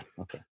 Okay